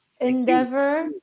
endeavor